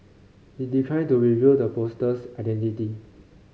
he declined to reveal the poster's identity